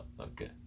okay